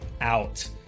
out